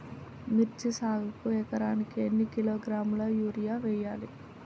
మిర్చి సాగుకు ఎకరానికి ఎన్ని కిలోగ్రాముల యూరియా వేయాలి?